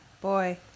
boy